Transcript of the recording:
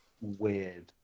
Weird